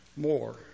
more